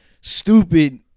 stupid